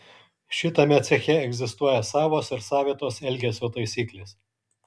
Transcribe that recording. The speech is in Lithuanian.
šitame ceche egzistuoja savos ir savitos elgesio taisyklės